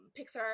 Pixar